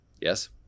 yes